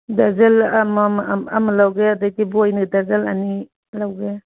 dozen ꯑꯃ ꯂꯧꯒꯦ ꯑꯗꯒꯤ ꯕꯣꯏꯅ ꯗꯖꯟ ꯑꯅꯤ ꯂꯧꯒꯦ